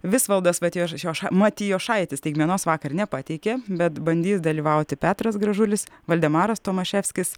visvaldas matijoša matijošaitis staigmenos vakar nepateikė bet bandys dalyvauti petras gražulis valdemaras tomaševskis